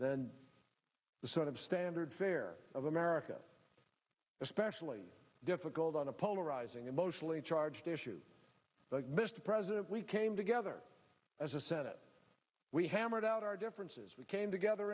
than the sort of standard fare of america especially difficult on a polarizing emotionally charged issue mr president we came together as a senate we hammered out our differences we came together